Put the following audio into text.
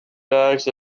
backs